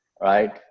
right